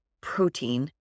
protein